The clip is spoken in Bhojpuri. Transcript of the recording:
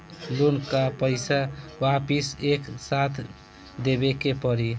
लोन का पईसा वापिस एक साथ देबेके पड़ी?